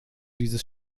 dieses